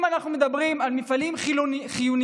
אם אנחנו מדברים על מפעלים חיוניים,